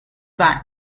bank